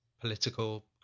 political